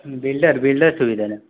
builder builder ସୁବିଧାଟା